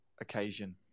occasion